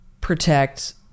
protect